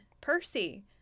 Percy